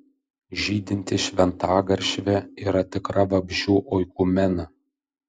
žydinti šventagaršvė yra tikra vabzdžių oikumena